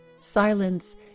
Silence